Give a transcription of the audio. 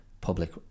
public